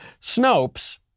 Snopes